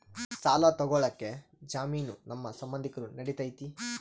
ಸಾಲ ತೊಗೋಳಕ್ಕೆ ಜಾಮೇನು ನಮ್ಮ ಸಂಬಂಧಿಕರು ನಡಿತೈತಿ?